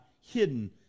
hidden